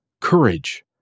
courage